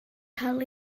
cael